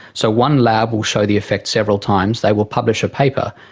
so one lab will show the effect several times, they will publish a paper,